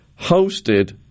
hosted